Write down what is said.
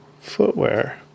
footwear